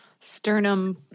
Sternum